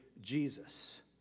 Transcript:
Jesus